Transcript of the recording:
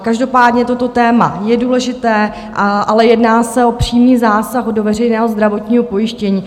Každopádně toto téma je důležité, ale jedná se o přímý zásah do veřejného zdravotního pojištění.